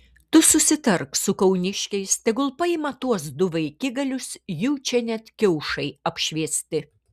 tu susitark su kauniškiais tegul paima tuos du vaikigalius jų čia net kiaušai apšviesti